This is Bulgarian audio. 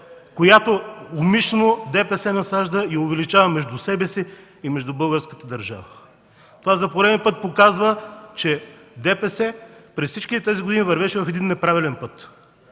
която умишлено ДПС насажда и увеличава между себе си и българската държава. Това за пореден път показва, че ДПС през всичките тези години вървеше по един неправилен път,